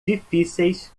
difíceis